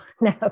no